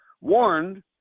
warned